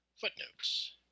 Footnotes